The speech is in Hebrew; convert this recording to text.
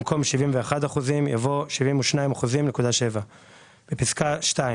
במקום "71%" יבוא "72.7%"; בפסקה (2),